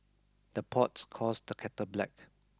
the pot calls the kettle black